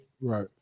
Right